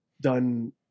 done